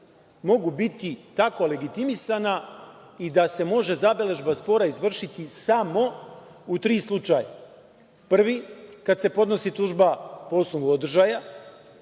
mogu biti tako legitimisana i da se može zabeležba spora izvršiti samo u tri slučaja – prvi, kada se podnosi tužba po osnovu održaja,